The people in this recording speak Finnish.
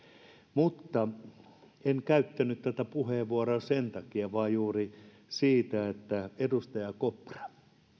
mutta en käyttänyt tätä puheenvuoroa sen takia vaan juuri siitä syystä että edustaja kopra